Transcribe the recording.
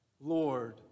Lord